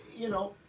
you know,